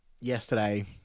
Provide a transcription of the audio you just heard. yesterday